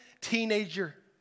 teenager